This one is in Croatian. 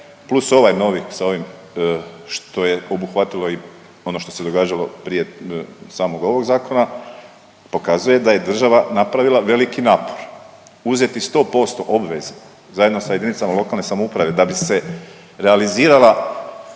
plus ovaj novi sa ovim što je obuhvatilo i ono što se događalo prije samog ovog zakona, pokazuje da je država napravila veliki napor. Uzeti 100% obveze zajedno sa jedinice lokalne samouprave da bi se realizirala,